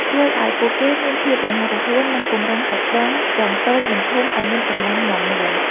ជួយឱ្យពួកគេមានភាពរហ័សរហួន និងពង្រឹងសាច់ដុំទាំងតូចនិងធំឱ្យមានកម្លាំងមាំមួន។